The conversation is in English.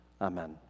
Amen